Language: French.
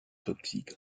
toxique